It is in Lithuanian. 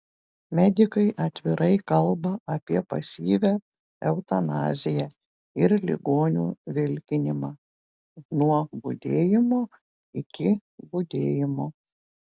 medikai atvirai kalba apie pasyvią eutanaziją ir ligonių vilkinimą nuo budėjimo iki budėjimo